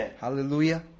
Hallelujah